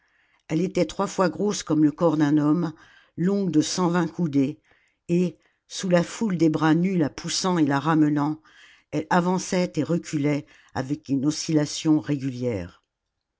elle était trois fois grosse comme le corps d'un homme longue de cent vingt coudées et sous la foule des bras nus la poussant et la ramenant elle avançait et reculait avec une oscillation régulière